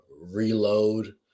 reload